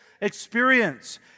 Experience